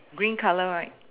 green colour right